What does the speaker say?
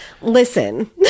Listen